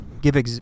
give